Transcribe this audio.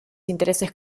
intereses